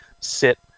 sit